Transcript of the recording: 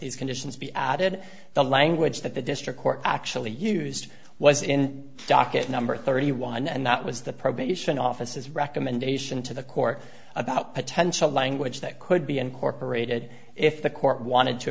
these conditions be added the language that the district court actually used was in docket number thirty one and that was the probation officers recommendation to the court about potential language that could be incorporated if the court wanted to